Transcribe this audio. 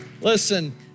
listen